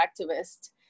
activist